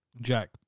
Jack